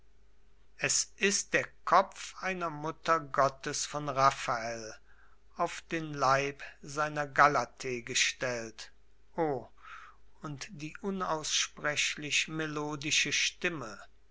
es ist der kopf einer mutter gottes von raphael auf den leib seiner galathee gestellt o und die unaussprechlich melodische stimme